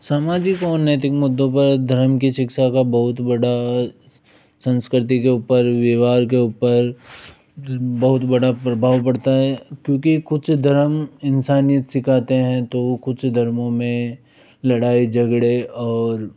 सामाजिक और मुद्दों पर धर्म की शिक्षा का बहुत बड़ा संस्कृति के ऊपर व्यवहार के ऊपर बहुत बड़ा प्रभाव पड़ता है क्योंकि कुछ धर्म इंसानियत सिखाते हैं तो कुछ धर्मों में लड़ाई झगड़े और